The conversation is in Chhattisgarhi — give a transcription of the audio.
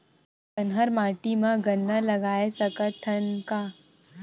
कन्हार माटी म गन्ना लगय सकथ न का?